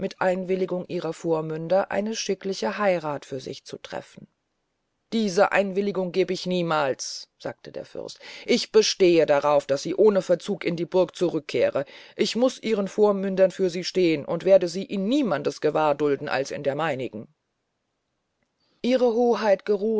einwilligung ihrer vormünder eine schickliche heirath für sich zu treffen diese einwilligung geb ich niemals sagte der fürst ich bestehe darauf daß sie ohne verzug in die burg zurück kehre ich muß ihren vormündern für sie stehn und werde sie in niemandes gewahrsam dulden als in der meinigen ihre hoheit